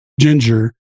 Ginger